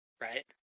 right